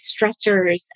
stressors